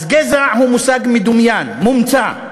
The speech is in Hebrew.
אז גזע הוא מושג מדומיין, מומצא.